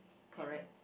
correct